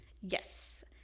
Yes